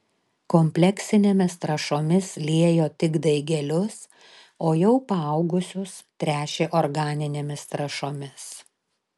kompleksinėmis trąšomis liejo tik daigelius o jau paaugusius tręšė organinėmis trąšomis